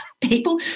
people